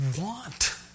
want